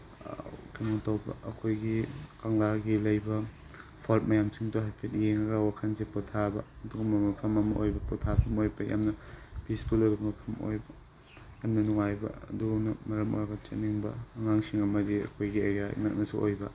ꯀꯩꯅꯣ ꯇꯧꯕ ꯑꯩꯈꯣꯏꯒꯤ ꯀꯪꯂꯥꯒꯤ ꯂꯩꯕ ꯐꯣꯔꯠ ꯃꯌꯥꯝꯁꯤꯡꯗꯣ ꯍꯥꯏꯐꯦꯠ ꯌꯦꯡꯉꯒ ꯋꯥꯈꯜꯁꯦ ꯄꯣꯠꯊꯥꯕ ꯑꯗꯨꯒꯨꯝꯕ ꯃꯐꯝ ꯑꯃ ꯑꯣꯏꯕ ꯄꯣꯠꯊꯥꯐꯝ ꯑꯣꯏꯕ ꯌꯥꯝꯅ ꯄꯤꯁꯐꯨꯜ ꯑꯣꯏꯕ ꯃꯐꯝ ꯑꯣꯏꯕ ꯌꯥꯝꯅ ꯅꯨꯡꯉꯥꯏꯕ ꯑꯗꯨꯅ ꯃꯔꯝ ꯑꯣꯏꯔꯒ ꯆꯠꯅꯤꯡꯕ ꯑꯉꯥꯡꯁꯤꯡ ꯑꯃꯗꯤ ꯑꯩꯈꯣꯏꯒꯤ ꯑꯦꯔꯤꯌꯥ ꯅꯛꯅꯁꯨ ꯑꯣꯏꯕ